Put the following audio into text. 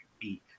beat